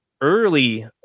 early